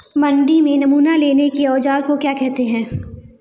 मंडी में नमूना लेने के औज़ार को क्या कहते हैं?